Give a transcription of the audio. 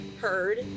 heard